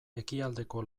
ekialdeko